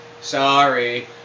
Sorry